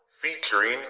featuring